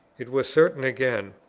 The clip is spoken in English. it was certain again,